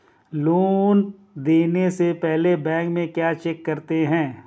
Loan देने से पहले बैंक में क्या चेक करते हैं?